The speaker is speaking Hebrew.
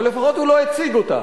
אבל, לפחות הוא לא הציג אותה.